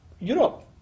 Europe